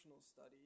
study